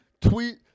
tweet